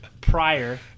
prior